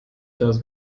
das